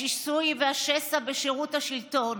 השיסוי והשסע בשירות השלטון.